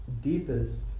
deepest